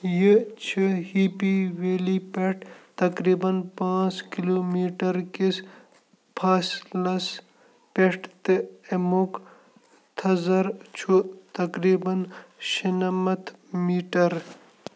یہِ چھُ Happy Valley پٮ۪ٹھ تقریباً پانٛژھ کِلوٗ میٖٹَر کِس فٲصلَس پٮ۪ٹھ تہٕ ایٚمُک تھَزر چھُ تقریباً شُنَمَتھ میٖٹَر